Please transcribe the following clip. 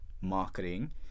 marketing